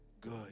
good